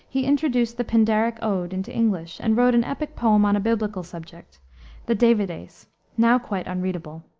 he introduced the pindaric ode into english, and wrote an epic poem on a biblical subject the davideis now quite unreadable.